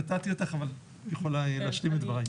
קטעתי אותך אבל את יכולה להשלים את דברייך.